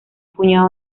puñado